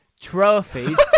trophies